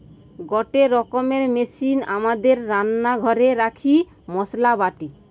গটে রকমের মেশিন আমাদের রান্না ঘরে রাখি মসলা বাটে